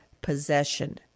possession